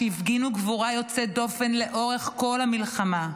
שהפגינו גבורה יוצאת דופן לאורך כל המלחמה.